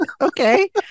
okay